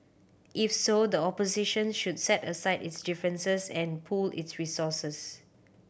if so the opposition should set aside its differences and pool its resources